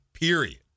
Period